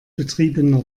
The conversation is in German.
betriebener